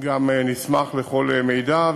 נשמח לכל מידע,